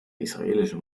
israelischen